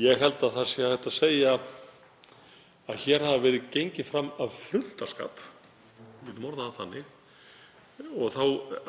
ég held að það sé hægt að segja að hér hafi verið gengið fram af fruntaskap, við getum orðað það þannig, og þá